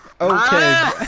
Okay